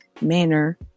manner